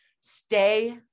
stay